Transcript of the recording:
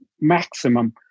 maximum